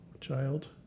Child